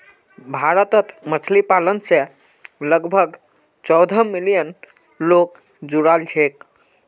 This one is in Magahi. भारतत मछली पालन स लगभग चौदह मिलियन लोग जुड़ाल छेक